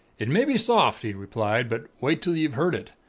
it may be soft he replied but wait till you've heard it.